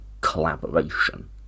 collaboration